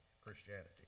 Christianity